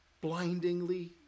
blindingly